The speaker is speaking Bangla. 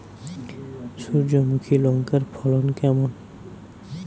সূর্যমুখী লঙ্কার ফলন কেমন?